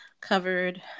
covered